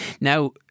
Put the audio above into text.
now